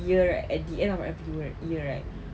year right at the end of every year right